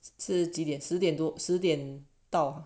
是几点十点多四点到